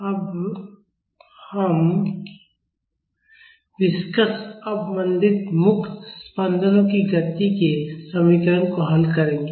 अब हम विस्कस अवमंदित मुक्त स्पंदनों की गति के समीकरण को हल करेंगे